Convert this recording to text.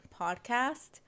podcast